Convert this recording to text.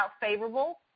favorable